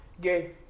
Gay